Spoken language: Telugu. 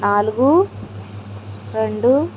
నాలుగు రెండు